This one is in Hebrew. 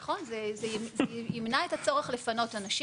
נכון, זה ימנע את הצורך לפנות אנשים.